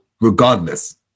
regardless